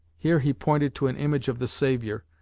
here he pointed to an image of the saviour,